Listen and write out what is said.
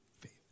Faith